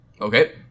Okay